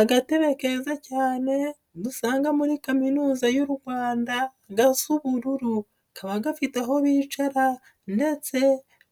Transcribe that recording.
Agatebe keza cyane dusanga muri Kaminuza y'u Rwanda gasa ubururu, kaba gafite aho bicara ndetse